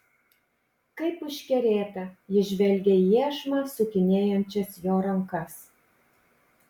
kaip užkerėta ji žvelgė į iešmą sukinėjančias jo rankas